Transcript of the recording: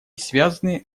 связаны